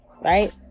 right